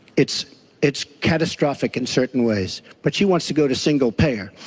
it's it's catastrophic in certain ways. but she wants to go to single payer,